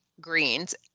greens